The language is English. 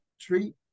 treat